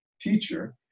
teacher